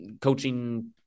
coaching